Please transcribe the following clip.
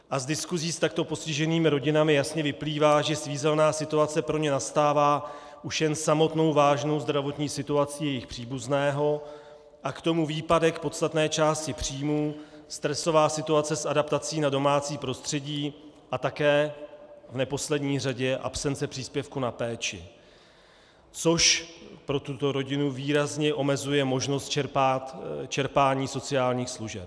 Z diskusí s takto postiženými rodinami jasně vyplývá, že svízelná situace pro ně nastává už jen samotnou vážnou zdravotní situaci jejich příbuzného, a k tomu výpadek podstatné části příjmů, stresová situace s adaptací na domácí prostředí a také v neposlední řadě absence příspěvku na péči, což pro tuto rodinu výrazně omezuje možnost čerpání sociálních služeb.